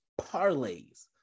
parlays